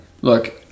Look